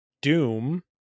Doom